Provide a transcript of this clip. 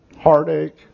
heartache